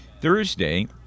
Thursday